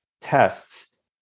tests